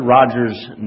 Rogers